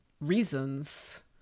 reasons